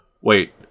Wait